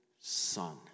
son